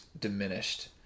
diminished